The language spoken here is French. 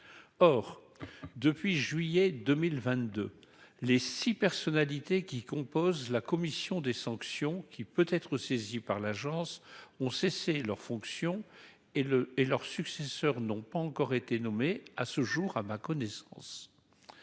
Or depuis juillet 2022 les 6 personnalités qui composent la commission des sanctions qui peut être saisie par l'Agence ont cessé leurs fonctions et le et leurs successeurs n'ont pas encore été nommé à ce jour, à ma connaissance.